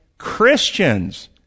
Christians